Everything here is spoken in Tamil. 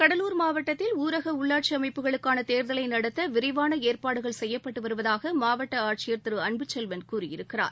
கடலூர் மாவட்டத்தில் ஊரக உள்ளாட்சி அமைப்புகளுக்கான தேர்தலை நடத்த விரிவான ஏற்பாடுகள் செய்யப்பட்டு வருவதாக மாவட்ட ஆட்சியர் திரு அன்புசெல்வன் கூறியிருக்கிறார்